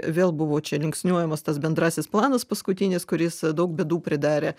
vėl buvo čia linksniuojamas tas bendrasis planas paskutinis kuris daug bėdų pridarė